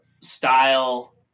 style